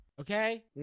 Okay